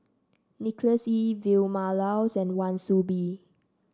Nicholas Ee Vilma Laus and Wan Soon Bee